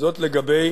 זאת לגבי